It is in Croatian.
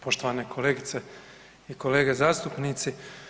Poštovane kolegice i kolege zastupnici.